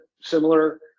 similar